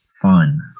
fun